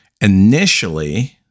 initially